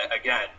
again